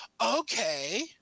Okay